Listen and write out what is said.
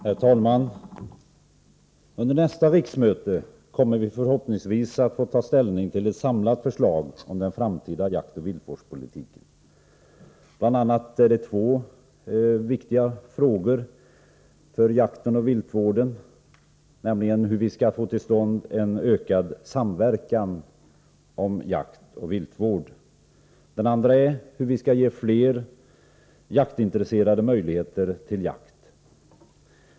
Herr talman! Under nästa riksmöte kommer vi förhoppningsvis att få ta ställning till ett samlat förslag om den framtida jaktoch viltvårdspolitiken. Bl. a. gäller det två viktiga frågor för jakten och viltvården, nämligen hur vi skall få till stånd en ökad samverkan om jaktoch viltvård, och hur vi skall ge fler jaktintresserade möjligheter till jakt.